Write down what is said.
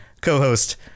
co-host